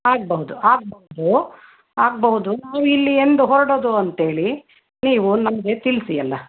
ಆಗಬಹುದು ಆಗಬಹುದು ಆಗಬಹುದು ನಾವು ಇಲ್ಲಿ ಎಂದು ಹೊರ್ಡೋದು ಅಂತೇಳಿ ನೀವು ನಮಗೆ ತಿಳಿಸಿ ಎಲ್ಲ